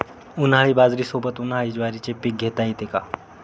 उन्हाळी बाजरीसोबत, उन्हाळी ज्वारीचे पीक घेता येते का?